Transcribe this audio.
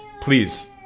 please